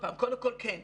קודם כל, כן,